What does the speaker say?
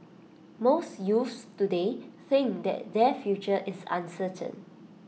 most youths today think that their future is uncertain